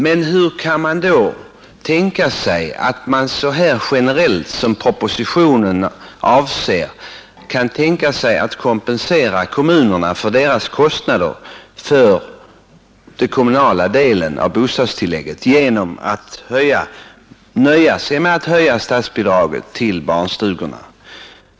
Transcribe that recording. Men hur kan man då tänka sig att så generellt som Konjunkturstimupropositionen avser kompensera kommunerna för deras kostnader för lerande åtgärder, m.m. den kommunala delen av bostadstillägget genom att nöja sig med att höja statsbidraget till barnstugorna?